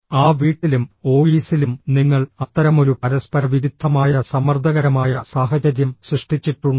ആ വീട്ടിലും ഓഫീസിലും നിങ്ങൾ അത്തരമൊരു പരസ്പരവിരുദ്ധമായ സമ്മർദ്ദകരമായ സാഹചര്യം സൃഷ്ടിച്ചിട്ടുണ്ടോ